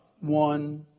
one